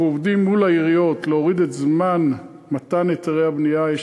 אנחנו עובדים מול העיריות להוריד את זמן מתן היתרי הבנייה.